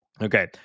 Okay